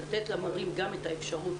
לתת למורים גם את האפשרות.